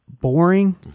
boring